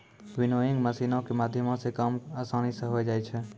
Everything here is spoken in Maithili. विनोइंग मशीनो के माध्यमो से काम असानी से होय जाय छै